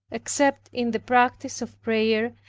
except in the practice of prayer,